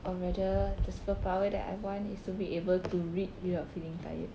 or rather the superpower that I want is to be able to read without feeling tired